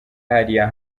hariya